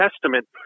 Testament